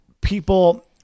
people